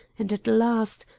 and at last,